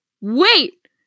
wait